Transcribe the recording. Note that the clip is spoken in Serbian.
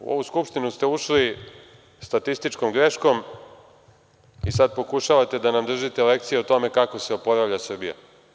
U ovu Skupštinu ste ušli statističkom greškom i sada pokušavate da nam držite lekcije o tome kako se oporavlja Srbija.